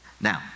Now